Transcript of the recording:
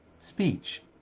speech